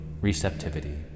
receptivity